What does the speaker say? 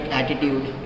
attitude